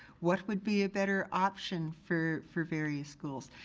what would be a better option for for various schools?